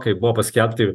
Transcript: kai buvo paskelbti